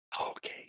Okay